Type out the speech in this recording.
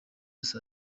saa